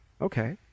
okay